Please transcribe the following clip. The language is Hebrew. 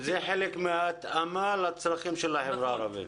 זה חלק מההתאמה לצרכים של החברה הערבית.